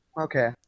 Okay